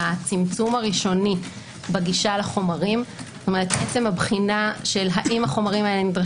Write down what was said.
בין אם הן נחוצות לצורך ביסוס,